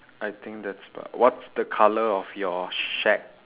I think that's about what's the colour of your shack